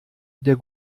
der